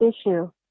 issue